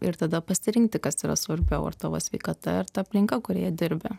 ir tada pasirinkti kas yra svarbiau ar tavo sveikata ar ta aplinka kurioje dirbi